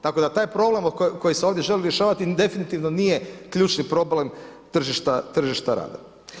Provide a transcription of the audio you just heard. Tako da taj problem koji se ovdje želi rješavati definitivno nije ključni problem tržišta rada.